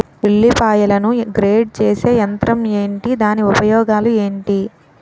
ఉల్లిపాయలను గ్రేడ్ చేసే యంత్రం ఏంటి? దాని ఉపయోగాలు ఏంటి?